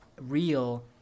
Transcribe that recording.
real